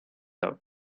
out